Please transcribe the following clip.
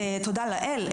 תודה לאל,